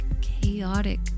chaotic